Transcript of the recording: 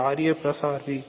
இது ra rb